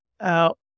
out